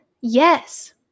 Yes